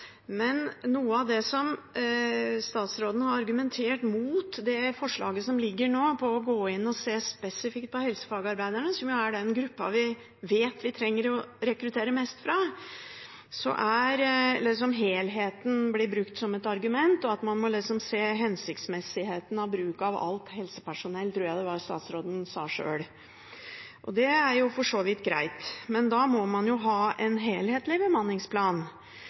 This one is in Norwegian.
Men noe av det som statsråden har argumentert mot, det forslaget som foreligger nå om å gå inn og se spesifikt på helsefagarbeiderne, som er den gruppa vi vet vi trenger å rekruttere mest fra, er at helheten blir brukt som et argument, og at man må se hensiktsmessigheten av bruk av alt helsepersonell, tror jeg det var statsråden sjøl sa. Det er for så vidt greit, men da må man ha en helhetlig bemanningsplan